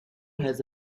has